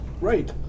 right